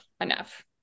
enough